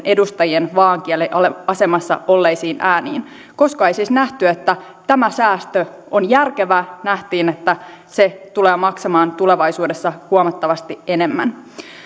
edustajien vaaankieliasemassa olleisiin ääniin koska ei siis nähty että tämä säästö on järkevä nähtiin että se tulee maksamaan tulevaisuudessa huomattavasti enemmän